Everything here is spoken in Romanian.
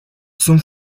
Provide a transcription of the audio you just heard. sunt